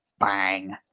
bang